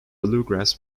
bluegrass